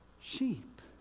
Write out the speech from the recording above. sheep